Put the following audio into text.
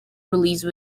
released